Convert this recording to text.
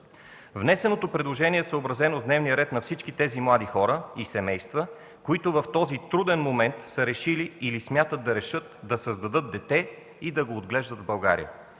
Внесеното предложение е съобразено с дневния ред на всички тези млади хора и семейства, които в този труден момент са решили или смятат да решат да създадат дете и да го отглеждат в България.